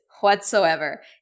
whatsoever